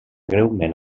greument